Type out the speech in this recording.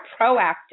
proactive